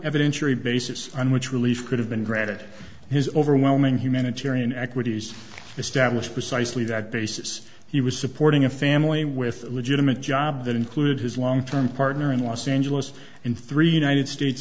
evidence or a basis on which relief could have been granted his overwhelming humanitarian equities established precisely that basis he was supporting a family with a legitimate job that included his long term partner in los angeles and three united states